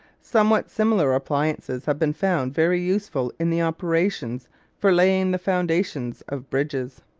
somewhat similar appliances have been found very useful in the operations for laying the foundations of bridges.